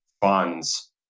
funds